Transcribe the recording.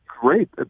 great